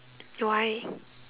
why